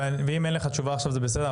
ואם אין לך תשובה עכשיו זה בסדר.